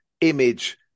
image